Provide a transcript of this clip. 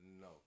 No